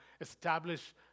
establish